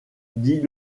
dit